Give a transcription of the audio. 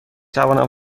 توانم